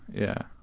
yeah.